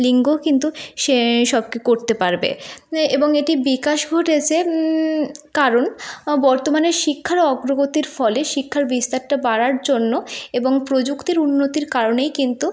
লিঙ্গও কিন্তু সেসব করতে পারবে এ এবং এটি বিকাশ ঘটেছে কারণ বর্তমানে শিক্ষার অগ্রগতির ফলে শিক্ষার বিস্তারটা বাড়ার জন্য এবং প্রযুক্তির উন্নতির কারণেই কিন্তু